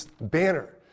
banner